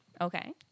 Okay